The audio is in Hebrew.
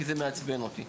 כי זה מעצבן אותי.